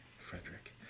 Frederick